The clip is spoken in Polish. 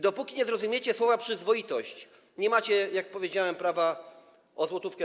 Dopóki nie zrozumiecie słowa „przyzwoitość”, nie macie prawa, jak powiedziałem, prosić o złotówkę.